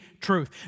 truth